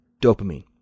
dopamine